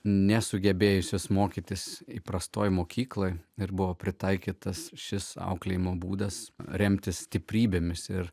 nesugebėjusios mokytis įprastoje mokykloje ir buvo pritaikytas šis auklėjimo būdas remtis stiprybėmis ir